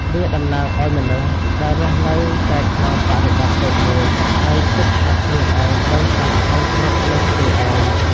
វាតំណាងឱ្យមនុស្សដែលរស់នៅតែក្នុងបរិបទតូចមួយ ហើយគិតថាខ្លួនឯងដឹងសព្វដឹងគ្រប់លើសគេឯង។